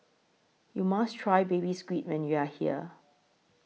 YOU must Try Baby Squid when YOU Are here